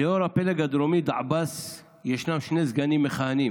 ליו"ר הפלג הדרומי דעבאס ישנם שני סגנים מכהנים: